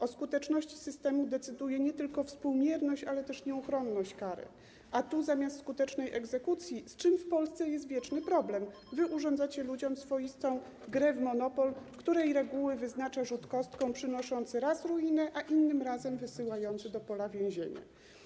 O skuteczności systemu decyduje nie tylko współmierność, ale też nieuchronność kary, a tu zamiast skutecznej egzekucji, z czym w Polsce jest wieczny problem, urządzacie ludziom swoistą grę w Monopoly, której reguły wyznacza rzut kostką przynoszący raz ruinę, a innym razem wysyłający do pola: więzienie.